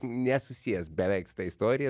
nesusijęs beveik su ta istorija